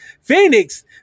Phoenix